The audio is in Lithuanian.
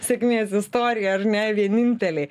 sėkmės istoriją ar ne vieninteliai